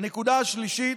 הנקודה השלישית,